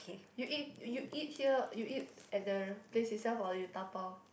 you eat you eat here you eat at the place itself or you dabao